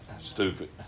Stupid